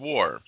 War